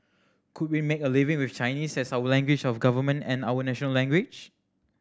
could we make a living with Chinese as our language of government and our national language